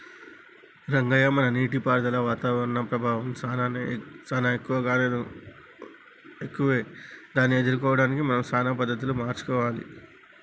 రంగయ్య మన నీటిపారుదలపై వాతావరణం ప్రభావం సానా ఎక్కువే దాన్ని ఎదుర్కోవడానికి మనం సానా పద్ధతులు మార్చుకోవాలి